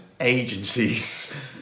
agencies